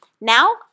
Now